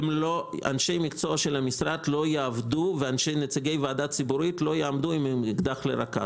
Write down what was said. אנשי המקצוע של המשרד וגם נציגי הוועדה הציבורית לא יעמדו עם אקדח לרקה,